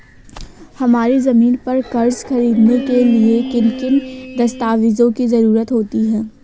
हमारी ज़मीन पर कर्ज ख़रीदने के लिए किन किन दस्तावेजों की जरूरत होती है?